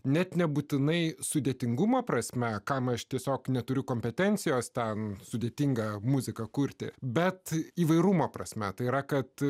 net nebūtinai sudėtingumo prasme kam aš tiesiog neturiu kompetencijos ten sudėtingą muziką kurti bet įvairumo prasme tai yra kad